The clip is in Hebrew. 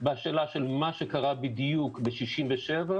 מהשאלה של מה שקרה בדיוק ב-67',